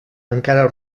encara